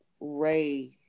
Ray